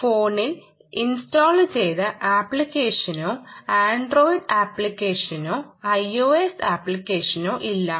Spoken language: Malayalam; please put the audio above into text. ഫോണിൽ ഇൻസ്റ്റാളുചെയ്ത അപ്ലിക്കേഷനോ ആൻഡ്രോയിഡ് അപ്ലിക്കേഷനോ IOS അപ്ലിക്കേഷനോ ഇല്ല